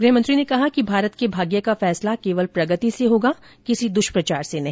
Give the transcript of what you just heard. गृहमंत्री ने कहा कि भारत के भाग्य का फैसला केवल प्रगति से होगा किसी दुष्प्रचार से नहीं